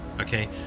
okay